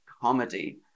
comedy